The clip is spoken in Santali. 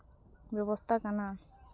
ᱵᱮᱵᱚᱥᱛᱷᱟ ᱠᱟᱱᱟ